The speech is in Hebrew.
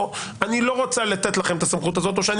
או אני לא רוצה לתת לכם את הסמכות הזאת או שאני